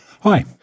Hi